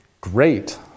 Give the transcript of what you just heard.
Great